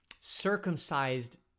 circumcised